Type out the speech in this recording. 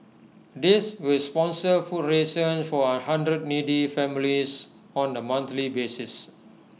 this will sponsor food rations for A hundred needy families on A monthly basis